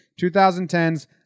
2010s